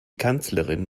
kanzlerin